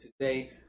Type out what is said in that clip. today